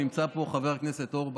נמצא פה חבר הכנסת אורבך.